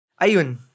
Ayun